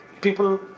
people